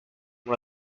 one